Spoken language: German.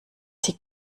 sie